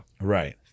Right